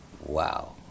Wow